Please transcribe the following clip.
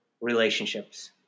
relationships